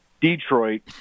Detroit